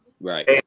Right